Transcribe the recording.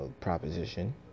proposition